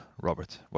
Robert